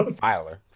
Filer